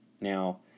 Now